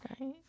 Right